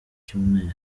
cyumweru